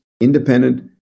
independent